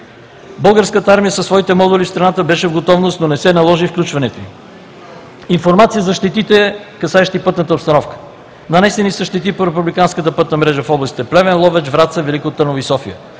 Българската армия със своите модули в страната беше в готовност, но не се наложи включването им. Информация за щетите, касаещи пътната обстановка: нанесени са щети по републиканската пътна мрежа в областите Плевен, Ловеч, Враца, Велико Търново и София.